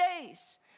days